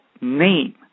name